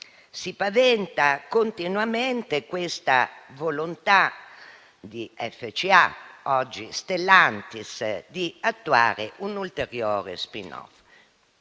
Si paventa continuamente questa volontà di FCA, oggi Stellantis, di attuare un'ulteriore *spin-off*,